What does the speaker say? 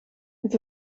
het